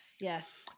yes